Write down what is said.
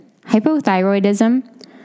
hypothyroidism